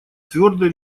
твердой